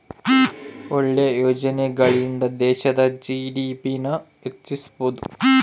ಒಳ್ಳೆ ಯೋಜನೆಗಳಿಂದ ದೇಶದ ಜಿ.ಡಿ.ಪಿ ನ ಹೆಚ್ಚಿಸ್ಬೋದು